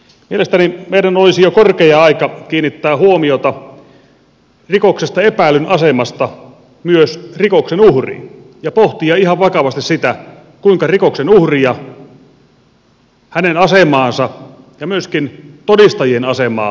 mielestäni meidän olisi jo korkea aika kiinnittää huomiota rikoksesta epäillyn asemasta myös rikoksen uhriin ja pohtia ihan vakavasti sitä kuinka rikoksen uhria hänen asemaansa ja myöskin todistajien asemaa voitaisiin parantaa